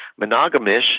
monogamish